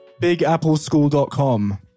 BigAppleSchool.com